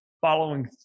following